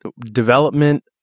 development